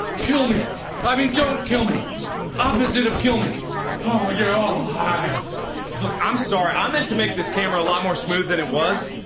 kill me i mean don't kill me opposite of kill me oh you're all hi i'm sorry. i meant to make this camera a lot more smooth than it was.